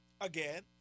again